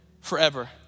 forever